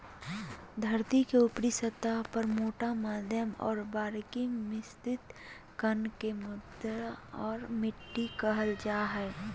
धरतीके ऊपरी सतह पर मोटा मध्यम और बारीक मिश्रित कण के मृदा और मिट्टी कहल जा हइ